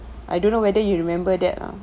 I don't know whether you remember that lah